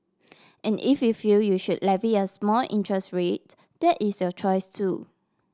and if you feel you should levy a small interest rate that is your choice too